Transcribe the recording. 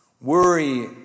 Worry